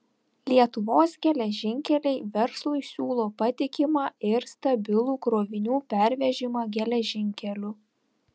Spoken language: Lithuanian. lietuvos geležinkeliai verslui siūlo patikimą ir stabilų krovinių pervežimą geležinkeliu